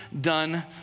done